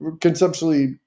conceptually